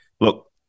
look